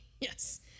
Yes